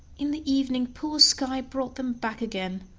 in the evening poor skye brought them back again,